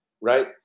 right